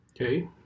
Okay